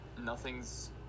nothing's